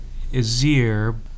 Azir